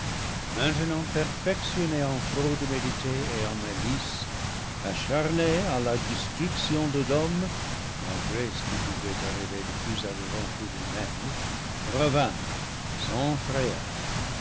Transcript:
maintenant perfectionné en fraude méditée et en malice acharné à la destruction de l'homme malgré ce qui pouvait arriver de plus aggravant pour lui-même revint sans